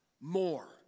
more